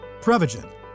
Prevagen